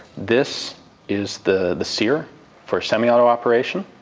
this is the the sear for semi-auto operation,